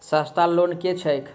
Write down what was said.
सस्ता लोन केँ छैक